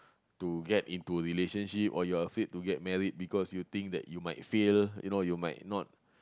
to get into relationship or you are afraid to get married because you think that you might fail you know you might not